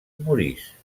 morís